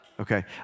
Okay